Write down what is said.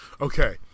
Okay